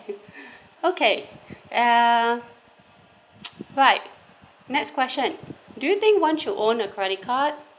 okay uh right next question do you think one should own a credit card